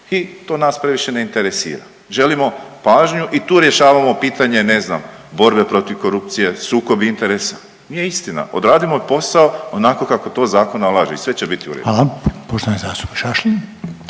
i to naš previše ne interesira, želimo pažnju i tu rješavamo pitanje ne znam borbe protiv korupcije, sukob interesa, nije istina, odradimo posao onako kako to zakon nalaže i sve će biti u redu. **Reiner, Željko